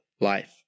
life